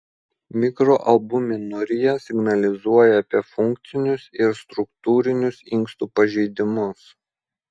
mikroalbuminurija signalizuoja apie funkcinius ir struktūrinius inkstų pažeidimus